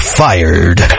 fired